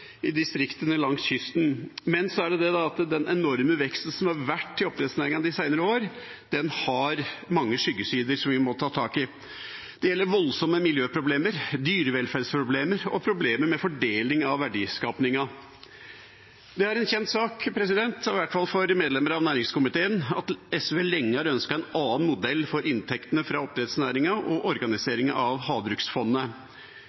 i distriktene langs kysten. Men så er det det at den enorme veksten som har vært i oppdrettsnæringen de senere år, har mange skyggesider, som vi må ta tak i. Det gjelder voldsomme miljøproblemer, dyrevelferdsproblemer og problemer med fordeling av verdiskapingen. Det er en kjent sak, i hvert fall for medlemmer av næringskomiteen, at SV lenge har ønsket en annen modell for inntektene fra oppdrettsnæringen og